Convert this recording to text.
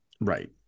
Right